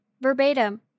verbatim